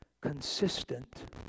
consistent